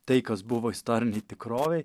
tai kas buvo istorinėj tikrovėj